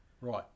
Right